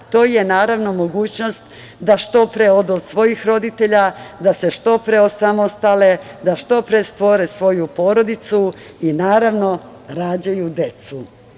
To je naravno mogućnost da što pre odu od svojih roditelja, da se što pre osamostale, da što pre stvore svoju porodicu, naravno, rađaju decu.